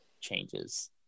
changes